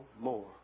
more